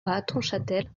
hattonchâtel